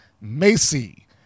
Macy